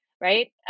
right